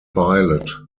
pilot